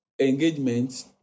engagements